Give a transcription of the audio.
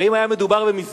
הרי אם היה מדובר במסגד